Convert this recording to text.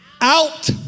out